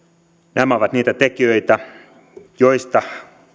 nämä ovat niitä tekijöitä joista